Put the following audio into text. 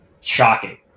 Shocking